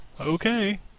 Okay